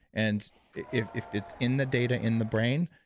and if if it's in the data in the brain,